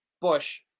Bush